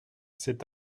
c’est